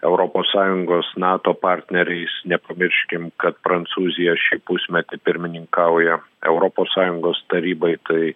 europos sąjungos nato partneriais nepamirškim kad prancūzija šį pusmetį pirmininkauja europos sąjungos tarybai tai